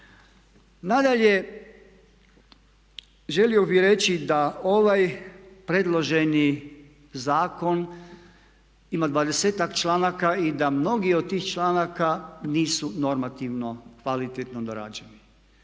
Nadalje, želio bih reći da ovaj predloženi zakon ima 20-ak članaka i da mnogi od tih članaka nisu normativno, kvalitetno dorađeni.